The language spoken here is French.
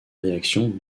réaction